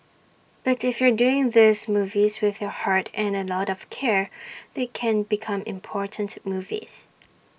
but if you're doing these movies with your heart and A lot of care they can become important movies